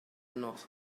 nos